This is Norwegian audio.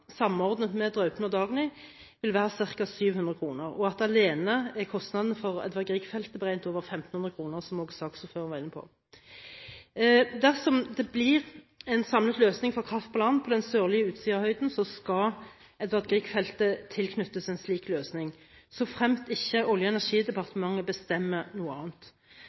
samordnet med Draupne og Dagny, vil være ca. 700 kr., og at kostnaden for Edvard Grieg-feltet alene er beregnet til over 1 500 kr, som også saksordføreren var inne på. Dersom det blir en samlet løsning for kraft fra land på den sørlige Utsirahøyden, skal Edvard Grieg-feltet tilknyttes en slik løsning, såfremt ikke Olje- og energidepartementet bestemmer noe annet.